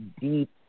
deep